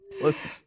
Listen